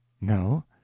no